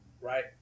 right